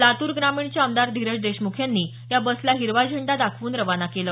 लातूर ग्रामीणचे आमदार धीरज देशमुख यांनी या बसला हिरवा झेंडा दाखवून रवाना केलं